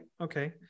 okay